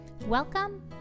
Welcome